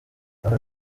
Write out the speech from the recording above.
aha